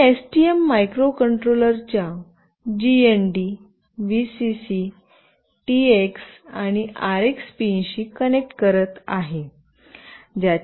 मी STM microcontroller च्या GND VCC TX आणि RX पिनशी कनेक्ट करत आहे